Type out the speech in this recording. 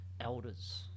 elders